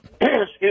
excuse